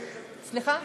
כמה יושבי-ראש, סליחה?